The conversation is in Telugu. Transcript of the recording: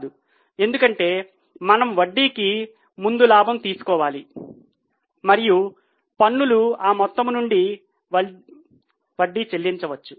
కాదు ఎందుకంటే మనం వడ్డీకి ముందు లాభం తీసుకోవాలి మరియు పన్నులు ఆ మొత్తం నుండి వడ్డీ చెల్లించవచ్చు